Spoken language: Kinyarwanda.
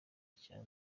cya